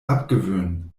abgewöhnen